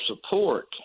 support